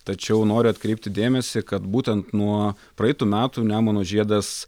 tačiau noriu atkreipti dėmesį kad būtent nuo praeitų metų nemuno žiedas